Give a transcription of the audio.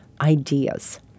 ideas